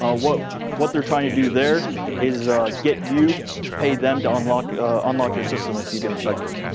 ah what what they're trying to do there is get you to pay them to unlock unlock your system if you get infected.